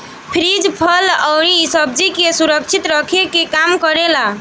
fridge फल अउरी सब्जी के संरक्षित रखे के काम करेला